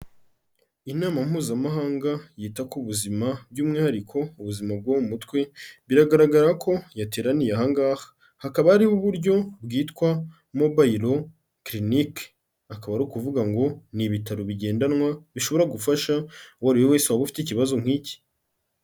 Inama Mpuzamahanga yita ku buzima by'umwihariko ubuzima bwo mu mutwe, biragaragara ko yateraniye aha ngaha, hakaba hariho uburyo bwitwa mobile clinic, akaba ari ukuvuga ngo ni ibitaro bigendanwa bishobora gufasha uwo wese waba ufite ikibazo nk'iki.